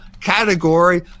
category